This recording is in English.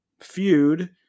feud